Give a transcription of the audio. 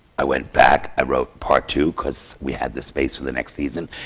i went back, i wrote part two, cause we had the space for the next season.